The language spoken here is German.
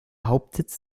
hauptsitz